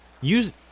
Use